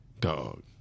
dog